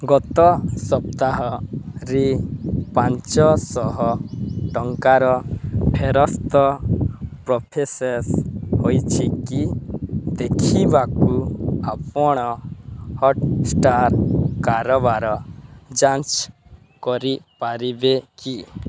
ଗତ ସପ୍ତାହରେ ପାଞ୍ଚଶହ ଟଙ୍କାର ଫେରସ୍ତ ପ୍ରୋସେସ୍ ହୋଇଛିକି ଦେଖିବାକୁ ଆପଣ ହଟ୍ଷ୍ଟାର୍ କାରବାର ଯାଞ୍ଚ କରିପାରିବେ କି